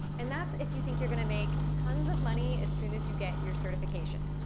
and that's if you think you're gonna make tons of money as soon as you get your certification.